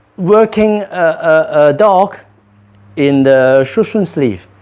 working a dog in the schutzhund sleeve,